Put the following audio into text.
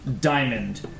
diamond